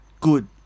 good